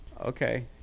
okay